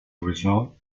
result